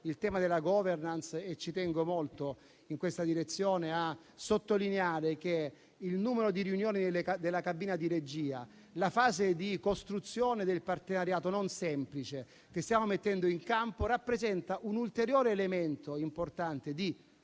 il tema della *governance*, ci tengo molto a sottolineare che il numero di riunioni della cabina di regia, la fase di costruzione del partenariato, non semplice, che stiamo mettendo in campo rappresenta un ulteriore elemento importante di